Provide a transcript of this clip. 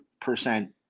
percent